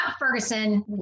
Ferguson